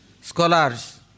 scholars